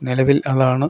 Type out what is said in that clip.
നിലവിൽ അതാണ്